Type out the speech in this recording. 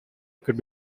could